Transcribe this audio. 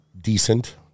decent